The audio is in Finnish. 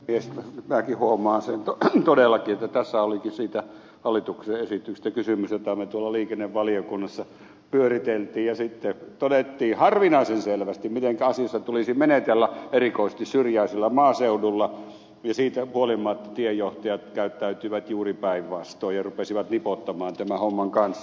nyt minäkin huomaan sen todellakin että tässähän olikin siitä hallituksen esityksestä kysymys jota me tuolla liikennevaliokunnassa pyörittelimme ja sitten totesimme harvinaisen selvästi mitenkä asiassa tulisi menetellä erikoisesti syrjäisellä maaseudulla ja siitä huolimatta tiejohtajat käyttäytyivät juuri päinvastoin ja rupesivat nipottamaan tämän homman kanssa